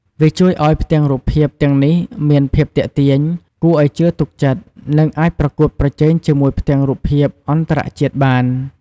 វាជួយឱ្យផ្ទាំងរូបភាពទាំងនេះមាន ភាពទាក់ទាញ គួរឱ្យជឿទុកចិត្ត និងអាចប្រកួតប្រជែងជាមួយផ្ទាំងរូបភាពអន្តរជាតិបាន ។